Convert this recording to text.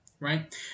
Right